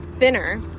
thinner